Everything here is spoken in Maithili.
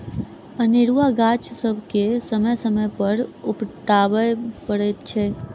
अनेरूआ गाछ सभके समय समय पर उपटाबय पड़ैत छै